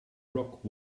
rock